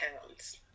pounds